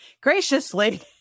graciously